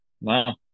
Wow